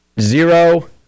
zero